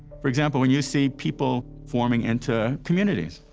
for example, when you see people forming into communities,